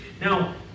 Now